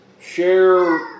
Share